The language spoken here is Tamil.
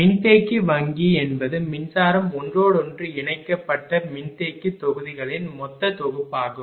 மின்தேக்கி வங்கி என்பது மின்சாரம் ஒன்றோடொன்று இணைக்கப்பட்ட மின்தேக்கி தொகுதிகளின் மொத்த தொகுப்பாகும்